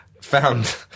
found